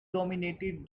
dominated